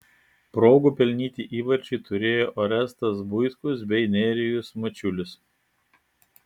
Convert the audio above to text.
progų pelnyti įvarčiui turėjo orestas buitkus bei nerijus mačiulis